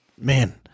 man